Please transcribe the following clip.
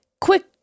quick